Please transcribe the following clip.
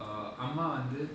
err அம்மாவந்து:amma vandhu